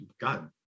God